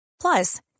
Plus